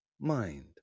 mind